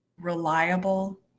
reliable